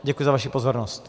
Děkuji za vaši pozornost.